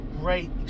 great